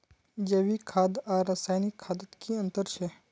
जैविक खाद आर रासायनिक खादोत की अंतर छे?